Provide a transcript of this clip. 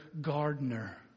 Gardener